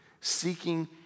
seeking